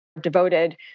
devoted